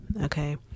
okay